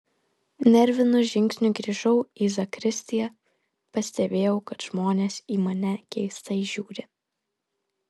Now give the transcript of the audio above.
nervinu žingsniu grįžau į zakristiją pastebėjau kad žmonės į mane keistai žiūri